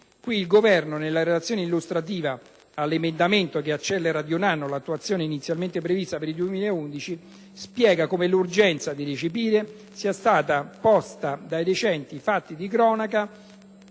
legge n. 1078. Nella relazione illustrativa all'emendamento che accelera di un anno l'attuazione inizialmente prevista per il 2011, il Governo spiega come l'urgenza di recepire sia stata posta dai recenti fatti di cronaca